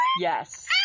Yes